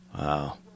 Wow